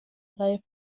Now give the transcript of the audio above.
reihe